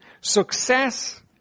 success